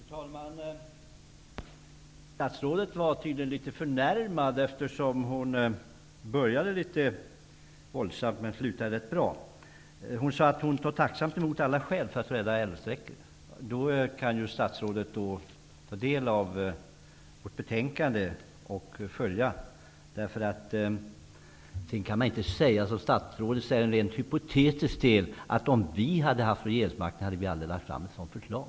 Herr talman! Statsrådet var tydligen litet förnärmad, eftersom hon började litet våldsamt -- men hon slutade sedan rätt bra. Statsrådet sade att hon tacksamt tar emot alla skäl för att rädda älvsträckor. Statsrådet kan då ta del av vårt betänkande och följa det. Man kan inte som statsrådet rent hypotetiskt säga att vi, om vi hade haft regeringsmakten, aldrig hade lagt fram ett sådant här förslag.